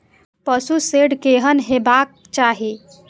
पशु शेड केहन हेबाक चाही?